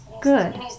good